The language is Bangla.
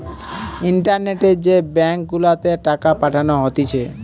ইন্টারনেটে যে ব্যাঙ্ক গুলাতে টাকা পাঠানো হতিছে